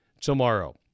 tomorrow